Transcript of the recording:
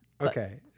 Okay